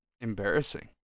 embarrassing